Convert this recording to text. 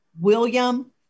William